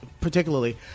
particularly